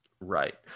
Right